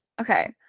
Okay